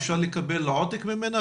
אפשר לקבל עותק ממנה?